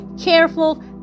careful